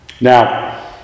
Now